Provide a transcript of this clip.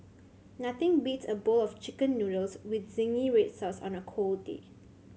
nothing beats a bowl of Chicken Noodles with zingy red sauce on a cold day